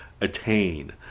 attain